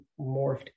morphed